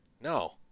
No